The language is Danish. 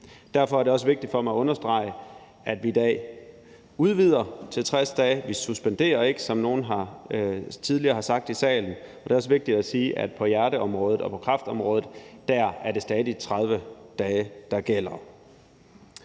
Derfor er det også vigtigt for mig at understrege, at vi i dag udvider til 60 dage, og vi suspenderer ikke, som nogen tidligere har sagt i salen. Det er også vigtigt at sige, at på hjerteområdet og på kræftområdet er det stadig 30 dage, der gælder.